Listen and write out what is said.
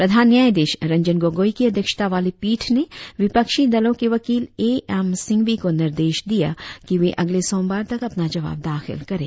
प्रधान न्यायाधीश रंजन गोगोई की अध्यक्षता वाली पीठ ने विपक्षी दलों के वकील ए एम सिंघवी को निर्देश दिया कि वे अगले सोमवार तक अपना जवाब दाखिल करे